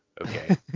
Okay